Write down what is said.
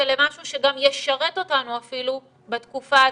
למשהו שגם ישרת אותנו אפילו בתקופה הזו.